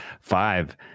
Five